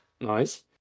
Nice